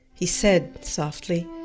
he said, softly,